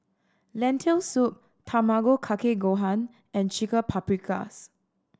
Lentil Soup Tamago Kake Gohan and Chicken Paprikas